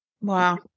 Wow